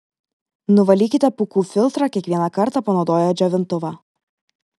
nuvalykite pūkų filtrą kiekvieną kartą panaudoję džiovintuvą